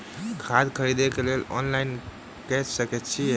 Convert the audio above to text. खाद खरीदे केँ लेल ऑनलाइन कऽ सकय छीयै?